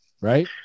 right